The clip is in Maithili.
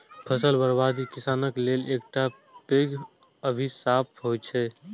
फसल बर्बादी किसानक लेल एकटा पैघ अभिशाप होइ छै